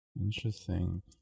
Interesting